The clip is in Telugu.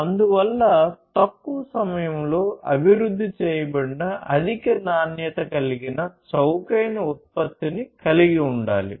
అందువల్ల తక్కువ సమయంలో అభివృద్ధి చేయబడిన అధిక నాణ్యత కలిగిన చౌకైన ఉత్పత్తిని కలిగి ఉండాలి